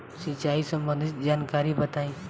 सिंचाई संबंधित जानकारी बताई?